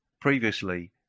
Previously